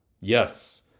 Yes